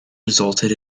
resulted